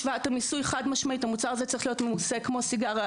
השוואת המיסוי חד משמעתית המוצר הזה צריך להיות ממוסה כמו סיגריה,